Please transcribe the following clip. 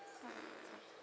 mm